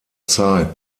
zeit